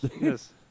Yes